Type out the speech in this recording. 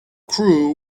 crew